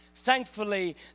Thankfully